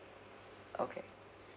okay